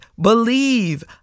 Believe